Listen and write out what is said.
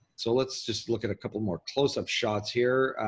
so let's just look at a couple more closeup shots here.